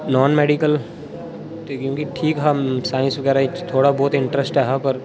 नान medical ते क्योंकि ठीक हा साइंस बगैरा इच थोह्ड़ा बोह्त इंटरेस्ट ऐ हा पर